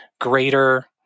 greater